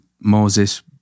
Moses